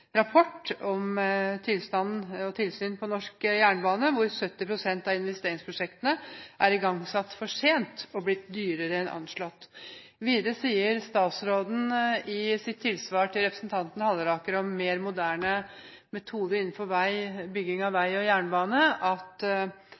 rapport om tilstanden og tilsynet på norske jernbaner, hvor 70 pst. av investeringsprosjektene er igangsatt for sent og blitt dyrere enn anslått. Videre sa statsråden i sitt tilsvar til representanten Halleraker om mer moderne metoder innenfor bygging av